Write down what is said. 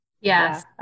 Yes